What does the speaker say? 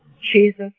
Jesus